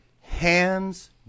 Hands